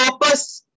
purpose